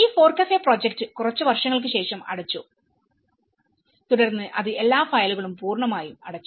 ഈ ഫോർകഫെ പ്രൊജക്റ്റ് കുറച്ച് വർഷങ്ങൾക്ക് ശേഷം അടച്ചു തുടർന്ന് അത് എല്ലാ ഫയലുകളും പൂർണ്ണമായും അടച്ചു